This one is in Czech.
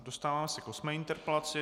Dostáváme se k osmé interpelaci.